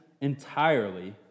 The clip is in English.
entirely